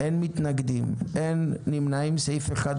הצבעה